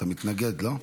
אתה מתנגד, לא?